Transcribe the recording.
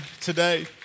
today